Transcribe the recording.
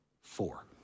Four